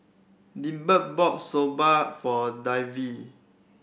Delbert bought Soba for Davey